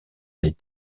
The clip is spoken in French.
des